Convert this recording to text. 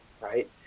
Right